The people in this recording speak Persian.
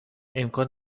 امکان